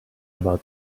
about